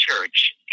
church